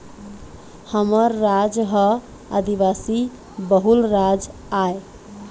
हमर राज ह आदिवासी बहुल राज आय